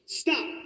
stop